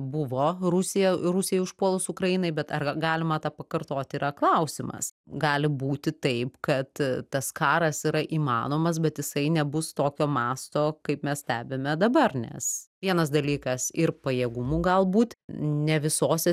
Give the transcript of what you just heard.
buvo rusija rusijai užpuolus ukrainai bet ar galima tą pakartoti yra klausimas gali būti taip kad tas karas yra įmanomas bet jisai nebus tokio masto kaip mes stebime dabar nes vienas dalykas ir pajėgumų galbūt ne visose